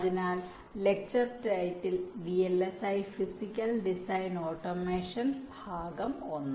അതിനാൽ lecture title VLSI physical design automation ഭാഗം ഒന്ന്